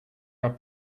our